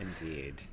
Indeed